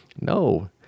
No